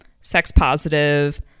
sex-positive